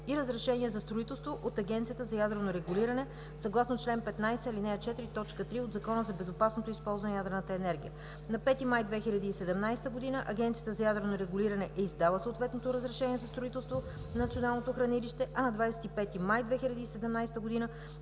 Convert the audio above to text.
и разрешение за строителство от Агенцията за ядрено регулиране, съгласно чл. 15, ал. 4, т. 3 от Закона за безопасното използване на ядрената енергия. На 5 май 2017 г. Агенцията за ядрено регулиране издава съответното разрешение за строителство на националното хранилище, а на 25 май 2017 г.